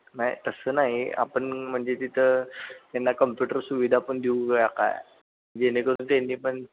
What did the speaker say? नाही तसं नाही आपण म्हणजे तिथं त्यांना कम्प्युटर सुविधा पण देऊया काय जेणेकरून त्यांनी पण